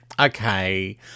Okay